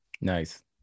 Nice